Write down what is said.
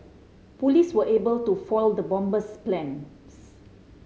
police were able to foil the bomber's plans